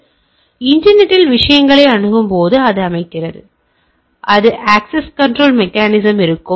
எனவே நீங்கள் இன்டர்நெட்டில் விஷயங்களை அணுகும்போது அது அமைக்கிறது அதனால் தான் அக்சஸ் கன்றோல் மெக்கானிசம் இருக்கும்